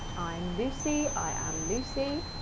i'm lucy. i am lucy.